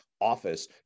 office